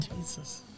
Jesus